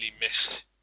missed